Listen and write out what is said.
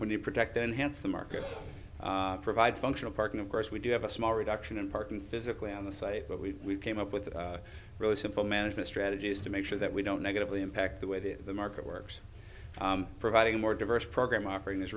when the project enhance the market provide functional parking of course we do have a small reduction in parking physically on the site but we came up with a really simple management strategies to make sure that we don't negatively impact the way that the market works providing a more diverse programme offering